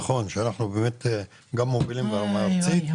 נכון שאנחנו מובילים בארצי.